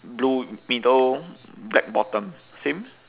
blue middle black bottom same